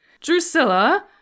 Drusilla